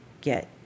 get